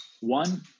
one